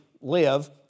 live